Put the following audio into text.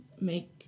make